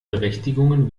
berechtigungen